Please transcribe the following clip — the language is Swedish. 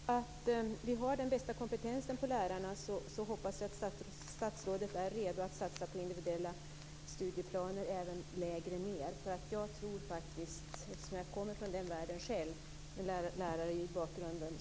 Fru talman! Med tanke på att vi har den bästa kompetensen på lärarna hoppas jag att statsrådet är redo att satsa på individuella studieplaner även lägre ned. Eftersom jag själv kommer från den världen och är lärare i bakgrunden,